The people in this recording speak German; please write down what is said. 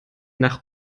nach